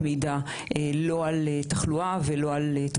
לא הפעלנו את החוק למרות גל תחלואה מאוד עדין שהיה